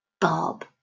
Bob